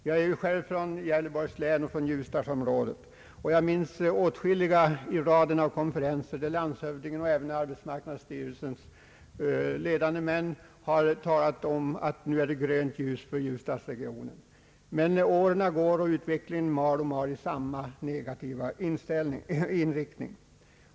Jag är själv från ljusdalsområdet och kommer ihåg åtskilliga konferenser där landshövdingen och arbetsmarknadsstyrelsens ledande män har sagt att nu är det grönt ljus för ljusdalsregionen. Men åren går och utvecklingen mal i samma negativa riktning.